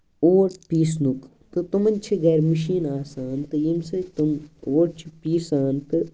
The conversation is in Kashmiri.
اوٹ پِسنُک تہٕ تِمَن چھِ گرِ مِشیٖن آسان تہٕ ییٚمہِ سۭتۍ تِم اوٹ چھِ پیٖسان تہٕ